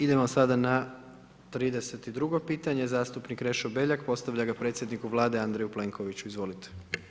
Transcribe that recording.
Idemo sada na 32. pitanje, zastupnik Krešo Beljak, postavlja ga predsjedniku Vlade, Andreju Plenkoviću, izvolite.